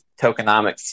tokenomics